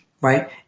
right